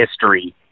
history